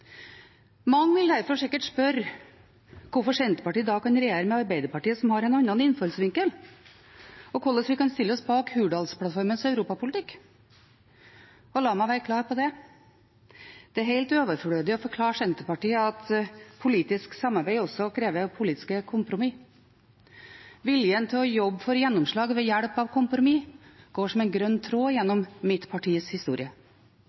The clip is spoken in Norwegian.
Mange vil derfor sikkert spørre hvorfor Senterpartiet da kan regjere med Arbeiderpartiet, som har en annen innfallsvinkel, og hvordan vi kan stille oss bak Hurdalsplattformens europapolitikk. La meg være klar på det: Det er helt overflødig å forklare Senterpartiet at politisk samarbeid også krever politiske kompromisser. Viljen til å jobbe for gjennomslag ved hjelp av kompromiss går som en grønn tråd gjennom mitt partis historie.